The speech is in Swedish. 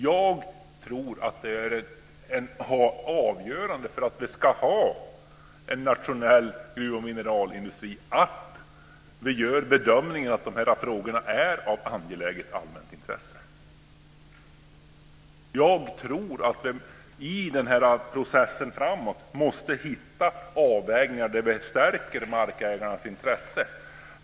Jag tror att det är avgörande för att vi ska ha en nationell gruv och mineralindustri att vi gör bedömningen att de här frågorna är av angeläget allmänt intresse. Jag tror att vi i den här processen framöver måste hitta avvägningar där vi stärker markägarnas intresse.